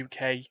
UK